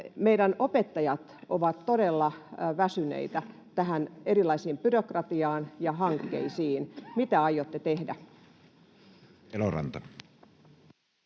meidän opettajat ovat todella väsyneitä erilaiseen byrokratiaan ja hankkeisiin. Mitä aiotte tehdä? [Speech